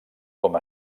com